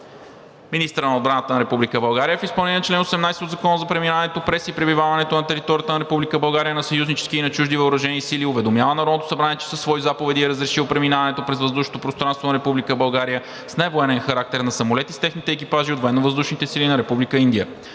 Министърът на отбраната на Република България в изпълнение на чл. 18 от Закона за преминаването през и пребиваването на територията на Република България на съюзнически и на чужди въоръжени сили уведомява Народното събрание, че със свои заповеди е разрешил преминаването през въздушното пространство на Република България с невоенен характер на самолети с техните екипажи от